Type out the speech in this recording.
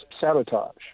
sabotage